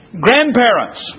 Grandparents